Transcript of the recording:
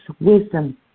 wisdom